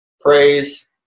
praise